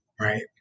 right